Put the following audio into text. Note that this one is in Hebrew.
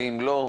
ואם לא,